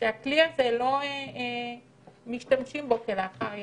שלא משתמשים בכלי הזה כלאחר יד.